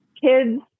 kids